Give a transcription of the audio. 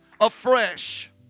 afresh